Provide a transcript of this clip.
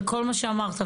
לכל מה שאמרת,